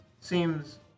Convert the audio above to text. seems